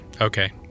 Okay